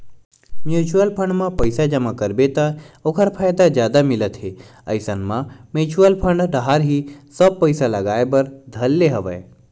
mutual fund म पइसा जमा करबे त ओखर फायदा जादा मिलत हे इसन म म्युचुअल फंड डाहर ही सब पइसा लगाय बर धर ले हवया